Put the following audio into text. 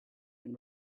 and